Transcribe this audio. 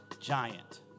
giant